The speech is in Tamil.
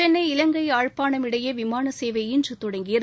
சென்னை இலங்கை யாழ்ப்பாணம் இடையே விமான சேவை இன்று தொடங்கியது